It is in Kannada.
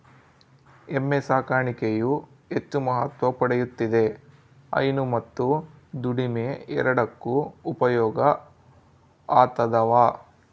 ಎಮ್ಮೆ ಸಾಕಾಣಿಕೆಯು ಹೆಚ್ಚು ಮಹತ್ವ ಪಡೆಯುತ್ತಿದೆ ಹೈನು ಮತ್ತು ದುಡಿಮೆ ಎರಡಕ್ಕೂ ಉಪಯೋಗ ಆತದವ